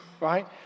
right